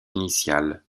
initiale